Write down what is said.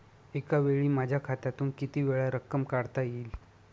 एकावेळी माझ्या खात्यातून कितीवेळा रक्कम काढता येईल?